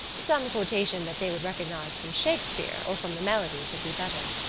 some quotation that they would recognise from shakespeare or from the melodies would be better.